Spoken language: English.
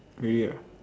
really ah